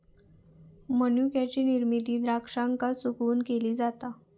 मनुक्याची निर्मिती द्राक्षांका सुकवून केली जाता